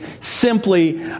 simply